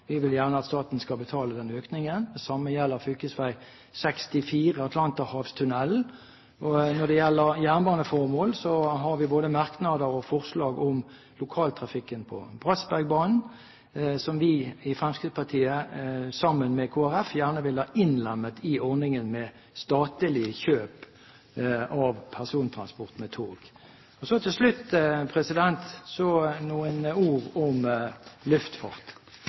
Vi vil gjerne at staten skal betale den økningen. Det samme gjelder fv. 64, Atlanterhavstunnelen. Når det gjelder jernbaneformål, har vi både merknader og forslag om lokaltrafikken på Bratsbergbanen, som vi i Fremskrittspartiet, sammen med Kristelig Folkeparti, gjerne vil ha innlemmet i ordningen med statlig kjøp av persontransport med tog. Til slutt noen ord om luftfart.